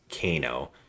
kano